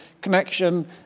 connection